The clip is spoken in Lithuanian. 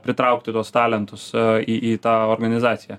pritraukti tuos talentus į į tą organizaciją